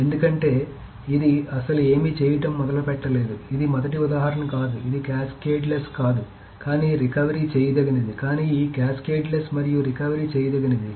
ఎందుకంటే ఇది అస్సలు ఏమీ చేయడం మొదలు పెట్టలేదు ఇది మొదటి ఉదాహరణ కాదు ఇది క్యాస్కేడ్లెస్ కాదు కానీ రికవరీ చేయదగినది కానీ ఈ క్యాస్కేడ్లెస్ మరియు రికవరీ చేయదగినది